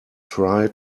try